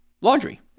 laundry